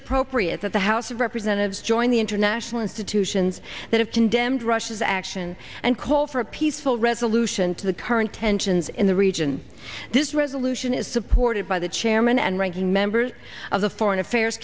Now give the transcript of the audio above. appropriate that the house of representatives join the international institutions that have condemned russia's action and call for a peaceful resolution to the current tensions in the region this resolution is supported by the chairman and ranking member of the foreign affairs